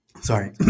sorry